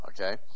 okay